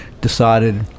decided